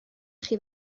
chi